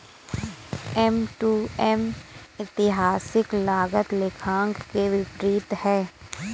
M to M ऐतिहासिक लागत लेखांकन के विपरीत है